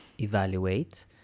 evaluate